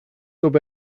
sub